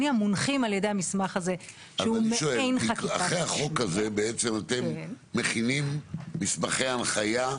מקומות שצריכים תיקון והם צריכים קיצור של משך ההיתרים ולא הארכה.